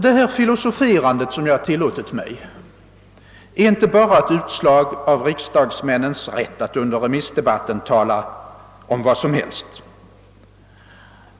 Detta filosoferande, som jag tillåtit mig, är inte bara ett utslag av riksdagsmännens rätt att under remissdebatten tala om vad som helst.